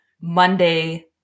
Monday